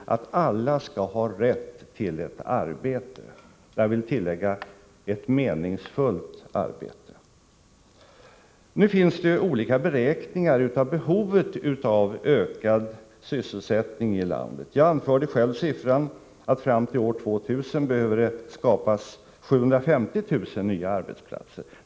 Jag vill tillägga att denna rätt avser ett meningsfullt arbete. Nu finns det olika beräkningar av behovet av ökad sysselsättning i landet. Jag anförde själv att det fram till år 2000 behöver skapas 750 000 nya arbetstillfällen.